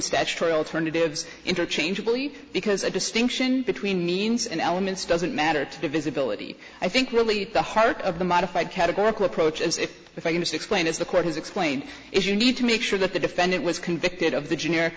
statutory alternatives interchangeably because a distinction between means and elements doesn't matter to visibility i think really the heart of the modified categorical approach is if the famous explained if the court has explained if you need to make sure that the defendant was convicted of the generic